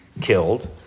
killed